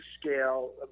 scale